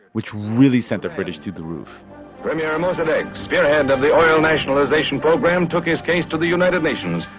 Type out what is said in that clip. which really sent the british through the roof premier mossadegh, spearhead of the oil nationalization program, took his case to the united nations,